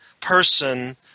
person